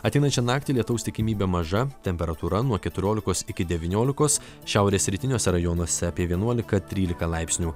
ateinančią naktį lietaus tikimybė maža temperatūra nuo keturiolikos iki devyniolikos šiaurės rytiniuose rajonuose apie vienuolika trylika laipsnių